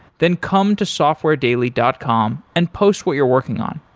then come to softwaredaily dot com and post what you're working on.